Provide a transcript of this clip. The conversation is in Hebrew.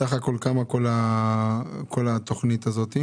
סך הכל, כמה כל התוכנית הזאת?